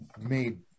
made